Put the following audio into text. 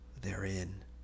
therein